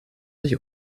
sich